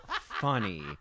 funny